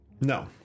No